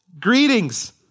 Greetings